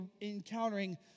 encountering